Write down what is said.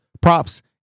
props